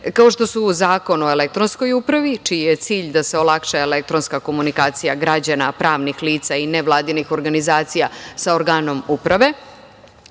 kao što su Zakon o elektronskoj upravi čiji je cilj da se olakša elektronska komunikacija građana, pravnih lica i nevladinih organizacija sa organom uprave,